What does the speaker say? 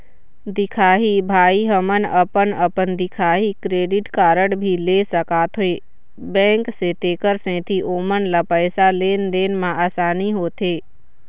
दिखाही भाई हमन अपन अपन दिखाही क्रेडिट कारड भी ले सकाथे बैंक से तेकर सेंथी ओमन ला पैसा लेन देन मा आसानी होथे?